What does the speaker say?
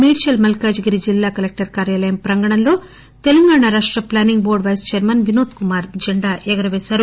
మేడ్సల్ మల్కాజిగిరి జిల్లా కలెక్టరేట్ కార్యాలయ ప్రాంగణంలో తెలంగాణ రాష్ట planning board vice chairman Vinod Kumar జండా ఎగురపేశారు